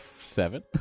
seven